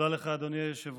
תודה לך, אדוני היושב-ראש.